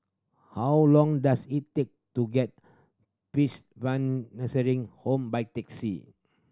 how long does it take to get Nursing Home by taxi